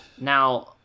Now